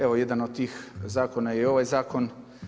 Evo jedan od tih zakona je i ovaj zakon.